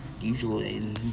Usually